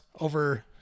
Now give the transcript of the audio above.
over –